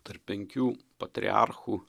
tarp penkių patriarchų